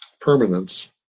permanence